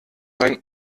sein